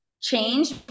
change